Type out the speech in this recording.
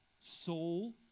soul